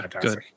Good